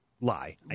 Lie